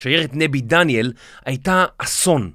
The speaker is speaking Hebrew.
שיירת נבי דניאל הייתה אסון.